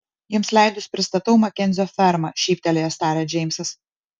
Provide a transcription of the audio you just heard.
jums leidus pristatau makenzio ferma šyptelėjęs tarė džeimsas